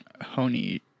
honey